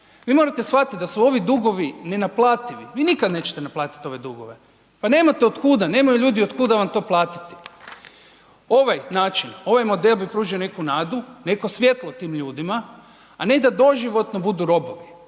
Vi morate shvatiti da su ovi dugovi nenaplativi, vi nikad nećete naplatit ove dugove, pa nemate otkuda, nemaju ljudi otkud da vam to platiti. Ovaj način, ovaj model bi pružio neku nadu, neko svjetlo tim ljudima, a ne da doživotno budu robovi,